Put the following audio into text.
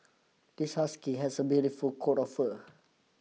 this husky has a beautiful coat of fur